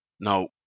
Now